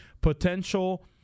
potential